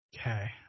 Okay